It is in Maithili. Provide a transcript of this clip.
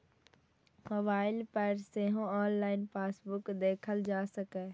मोबाइल पर सेहो ऑनलाइन पासबुक देखल जा सकैए